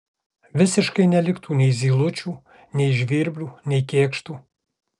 visiškai neliktų nei zylučių nei žvirblių nei kėkštų